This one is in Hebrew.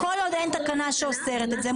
כל עוד אין תקנה שאוסרת את זה,